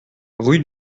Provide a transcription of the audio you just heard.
rue